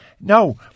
no